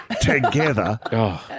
together